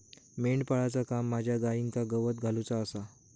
मेंढपाळाचा काम माझ्या गाईंका गवत घालुचा आसा